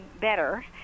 better